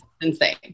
insane